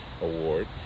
Award